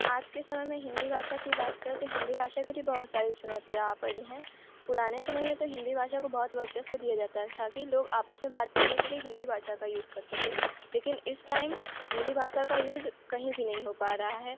आज के समय में हिन्दी भाषा की बात करें तो हिन्दी भाषा के लिए बहुत सारी चुनौतियां आ पड़ीं हैं पुराने समय में तो हिन्दी भाषा को बहुत वर्चस्व दिया जाता था कि लोग आपस में बात करने के लिए हिन्दी भाषा का यूज़ करते थे लेकिन इस टाइम हिन्दी भाषा का यूज कहीं भी नई हो पा रहा है